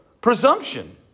Presumption